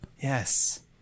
Yes